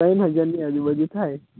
ત્રણ હજારની આજુબાજુ થાય